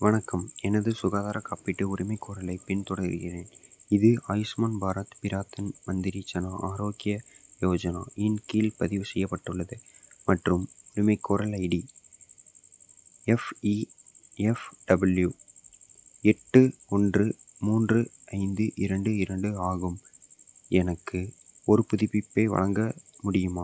வணக்கம் எனது சுகாதாரக் காப்பீட்டு உரிமைக்கோரலைப் பின்தொடர்கிறேன் இது ஆயுஷ்மான் பாரத் பிரதான் மந்திரி ஜன ஆரோக்ய யோஜனா இன் கீழ் பதிவு செய்யப்பட்டுள்ளது மற்றும் உரிமைக்கோரல் ஐடி எஃப்இஎஃப்டபுள்யூ எட்டு ஒன்று மூன்று ஐந்து இரண்டு இரண்டு ஆகும் எனக்கு ஒரு புதுப்பிப்பை வழங்க முடியுமா